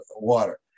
water